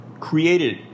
created